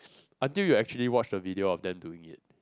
until you actually watch the video of them doing it